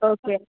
okay